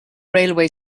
railway